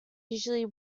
usually